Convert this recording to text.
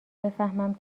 بفهمم